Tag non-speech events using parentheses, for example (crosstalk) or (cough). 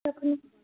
(unintelligible)